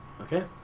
Okay